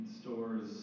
stores